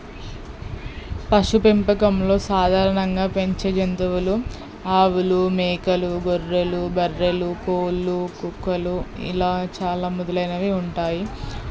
పశు పెంపకంలో సాధారణంగా పెంచే జంతువులు ఆవులు మేకలు గొర్రెలు బర్రెలు కోళ్ళు కుక్కలు ఇలా చాలా మొదలైనవి ఉంటాయి